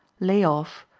lay-off,